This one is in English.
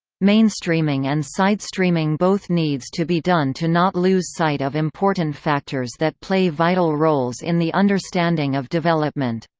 mainstreaming and sidestreaming both needs to be done to not lose sight of important factors that play vital roles in the understanding of development.